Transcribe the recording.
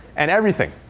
and everything.